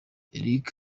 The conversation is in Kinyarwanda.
eric